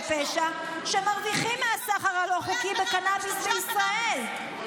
את עבירת ההחזקה של סם קנביס לצריכה עצמית.